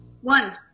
One